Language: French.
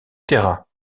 terra